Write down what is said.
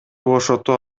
бошотуу